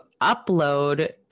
upload